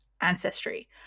ancestry